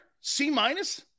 c-minus